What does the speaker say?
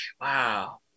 wow